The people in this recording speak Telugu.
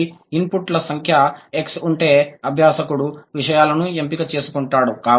కాబట్టి ఇన్పుట్ల సంఖ్య X ఉంటే అభ్యాసకుడు విషయాలను ఎంపిక చేసుకుంటాడు